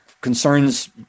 concerns